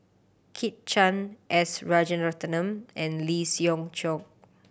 Kit Chan S Rajaratnam and Lee Siew Choh